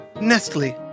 Nestle